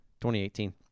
2018